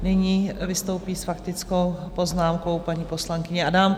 Nyní vystoupí s faktickou poznámkou paní poslankyně Adámková.